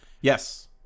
Yes